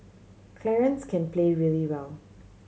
Clarence can play really well